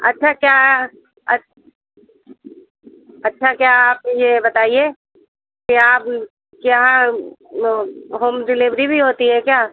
अच्छा क्या अच् अच्छा क्या आप यह बताइए कि आप वह होम डिलेवरी भी होती है क्या